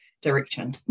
direction